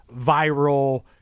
viral